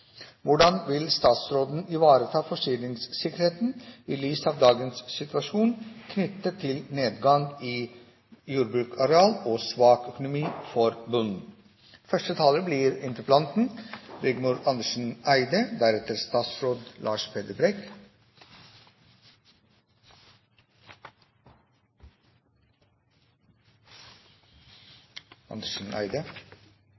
Hvordan vil statsråden ivareta forsyningssikkerheten i lys av dagens situasjon knyttet til nedgang i jordbruksareal og svak økonomi for bonden? Representanten Rigmor Andersen Eide